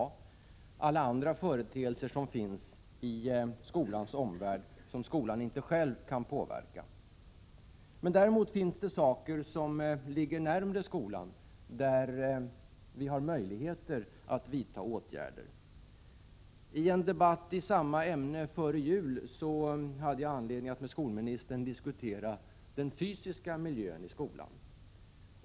Det gäller alla de andra företeelser som finns i skolans omvärld och som skolan inte själv kan påverka. Däremot finns det saker som ligger närmare skolan där vi har möjligheter att vidta åtgärder. I en debatt i samma ämne före jul hade jag anledning att med skolministern diskutera den fysiska miljön i skolan.